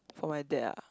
for my dad ah